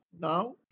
Now